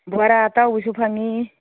ꯕꯣꯔꯥ ꯑꯇꯥꯎꯕꯁꯨ ꯐꯪꯉꯤ